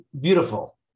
beautiful